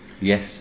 yes